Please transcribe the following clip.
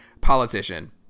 politician